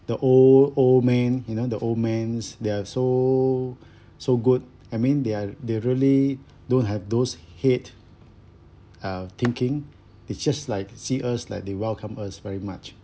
the old old man you know the old mans they are so so good I mean they are they're really don't have those hate uh thinking it's just like see us like they welcome us very much